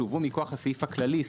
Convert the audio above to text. שהובאו מכוח הסעיף הכללי,